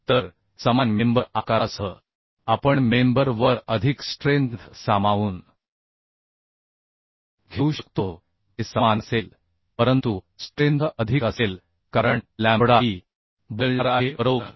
तर समान मेंबर आकारासह आपण मेंबर वर अधिक स्ट्रेंथ सामावून घेऊ शकतो ते समान असेल परंतु स्ट्रेंथ अधिक असेल कारण लॅम्बडा ई बदलणार आहे बरोबर